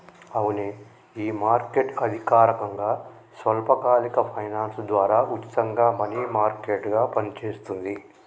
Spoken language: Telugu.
అవునే ఈ మార్కెట్ అధికారకంగా స్వల్పకాలిక ఫైనాన్స్ ద్వారా ఉచితంగా మనీ మార్కెట్ గా పనిచేస్తుంది